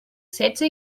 setze